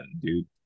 dude